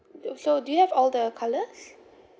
do you so do you have all the colours